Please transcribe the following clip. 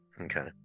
Okay